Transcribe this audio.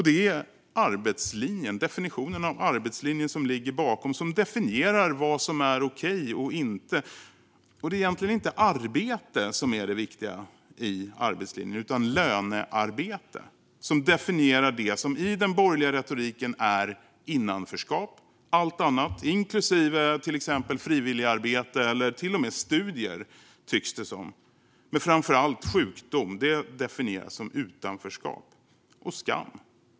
Det är definitionen av arbetslinjen som ligger bakom, som definierar vad som är okej och inte. Det är egentligen inte arbete som är det viktiga i arbetslinjen utan lönearbete, som definierar det som i den borgerliga retoriken är innanförskap. Allt annat, inklusive till exempel frivilligarbete, eller till och med studier tycks det som, men framför allt sjukdom, definieras som utanförskap och skam.